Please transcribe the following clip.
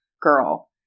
Girl